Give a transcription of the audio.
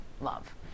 love